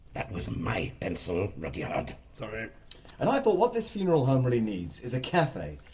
that was my pencil, rudyard. sorry. and i thought, what this funeral home really needs is a cafe.